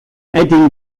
heading